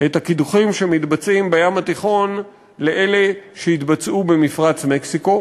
את הקידוחים שמתבצעים בים התיכון לאלה שהתבצעו במפרץ מקסיקו,